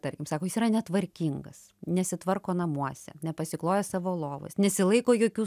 tarkim sako jis yra netvarkingas nesitvarko namuose nepasikloja savo lovos nesilaiko jokių